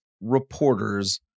reporters